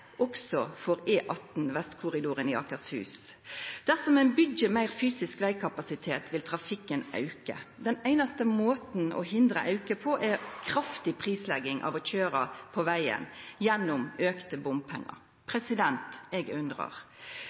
også for E18 Vestkorridoren i Akershus. Dersom ein byggjer meir fysisk vegkapasitet, vil trafikken auka. Den einaste måten å hindra auke på er kraftig prislegging av å køyra på vegen, gjennom auka bompengar. Eg undrar: